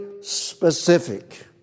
specific